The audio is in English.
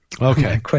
Okay